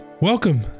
welcome